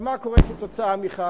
מה קורה כתוצאה מכך?